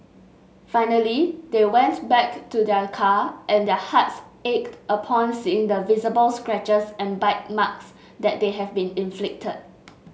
finally they went back to their car and their hearts ached upon seeing the visible scratches and bite marks that they have been inflicted